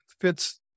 fits